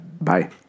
Bye